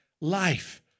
life